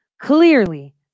Clearly